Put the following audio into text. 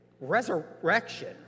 Resurrection